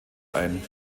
ein